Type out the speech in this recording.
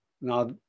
Now